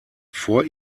vor